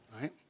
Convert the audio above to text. Right